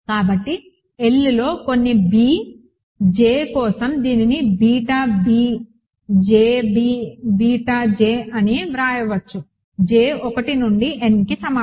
కాబట్టి L లో కొన్ని b j కోసం దీనిని beta b j b beta j అని వ్రాయవచ్చు j 1 నుండి nకి సమానం